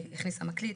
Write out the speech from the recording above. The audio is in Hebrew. היא הכניסה מקליט,